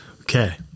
Okay